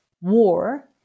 war